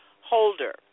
Holder